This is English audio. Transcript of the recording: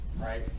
Right